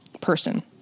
person